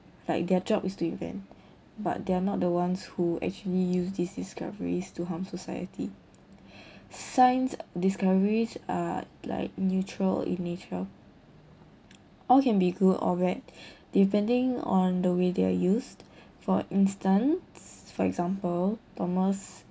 like their job is to invent but they're not the ones who actually use these discoveries to harm society science discoveries are like neutral in nature all can be good or bad depending on the way they're used for instance for example thomas